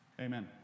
Amen